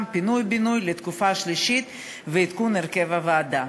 פינוי-בינוי לתקופה שלישית ועדכון הרכב הוועדה.